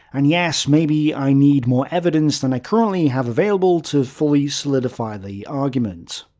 and yes, maybe i need more evidence than i currently have available to fully solidify the argument.